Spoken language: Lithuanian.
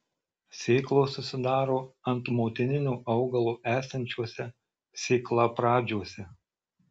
sėklos susidaro ant motininio augalo esančiuose sėklapradžiuose